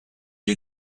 you